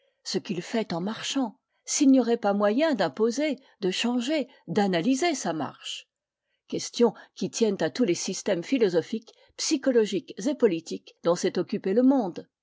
ce qu'il fait en marchant s'il n'y aurait pas moyen d'imposer de changer d'analyser sa marche questions qui tiennent à tous les systèmes philosophiques psychologiques et politiques dont s'est occupé le monde